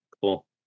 Cool